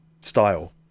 style